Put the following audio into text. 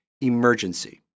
emergency